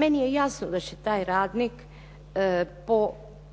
Meni je jasno da će taj radnik po